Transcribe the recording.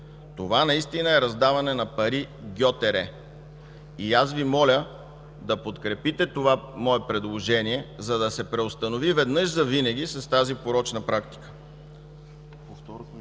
Това наистина е раздаване на пари гьотере. Аз Ви моля да подкрепите това мое предложение, за да се преустанови веднъж завинаги тази порочна практика.